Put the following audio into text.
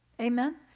Amen